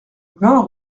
vingt